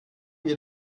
wir